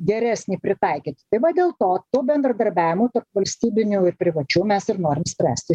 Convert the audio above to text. geresnį pritaikyti tai va dėl to tų bendradarbiavimų tarp valstybinių ir privačių mes ir norim spręsti